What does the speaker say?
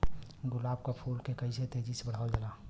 गुलाब क फूल के कइसे तेजी से बढ़ावल जा?